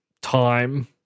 time